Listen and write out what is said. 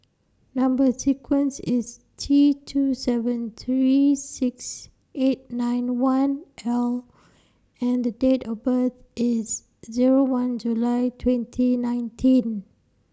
Number sequence IS T two seven three six eight nine one L and Date of birth IS Zero one July twenty nineteen